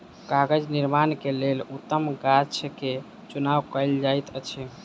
कागज़ निर्माण के लेल उत्तम गाछ के चुनाव कयल जाइत अछि